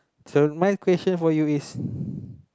so my question for you is